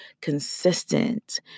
consistent